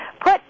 Put